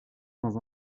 dans